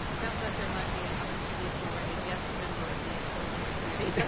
sounds like there might be an opportunity for a guest member of the exploratory committee.